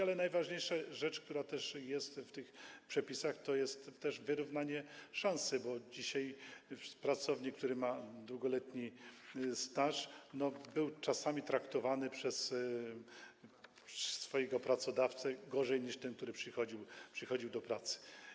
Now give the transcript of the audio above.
Ale najważniejsza rzecz, która też jest w tych przepisach, to jest wyrównanie szans, bo pracownik, który ma długoletni staż, był czasami traktowany przez swojego pracodawcę gorzej niż ten, który przychodził do pracy.